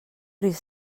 risc